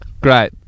great